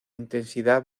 intensidad